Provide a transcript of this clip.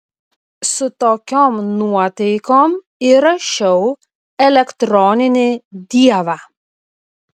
su tokiom nuotaikom įrašiau elektroninį dievą